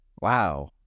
Wow